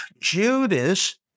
Judas